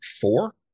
four